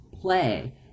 play